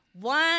One